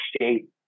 shape